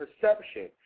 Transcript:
perception